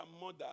mother